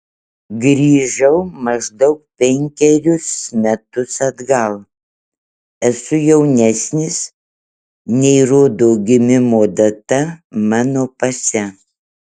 grįžau maždaug penkerius metus atgal esu jaunesnis nei rodo gimimo data mano pase